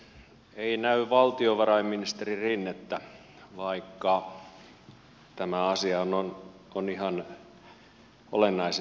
ei näy valtiovarainministeri rinnettä vaikka tämä asiahan on ihan olennaisen tärkeä